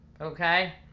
Okay